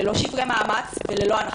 ללא שברי מאמץ וללא הנחות.